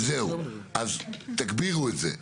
זהו, אז תגבירו את זה.